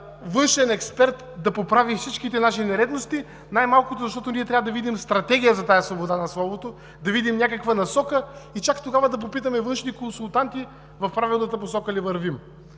външен експерт да поправи всички наши нередности, най-малкото защото ние трябва да видим стратегия за тази свобода на словото, да видим някаква насока и чак тогава да попитаме външни консултанти в правилната посока ли вървим.